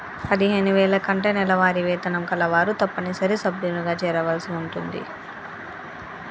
పదిహేను వేల కంటే నెలవారీ వేతనం కలవారు తప్పనిసరిగా సభ్యులుగా చేరవలసి ఉంటుంది